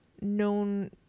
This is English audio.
known